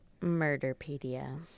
murderpedia